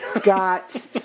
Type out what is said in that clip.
got